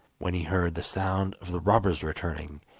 when he heard the sound of the robbers returning,